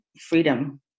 freedom